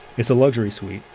it's a luxury suite,